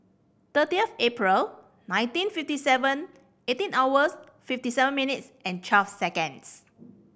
thirtieth April nineteen fifty seven eighteen hours fifty seven minutes and twelve seconds